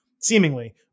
seemingly